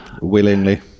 Willingly